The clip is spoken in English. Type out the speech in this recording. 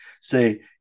say